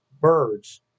birds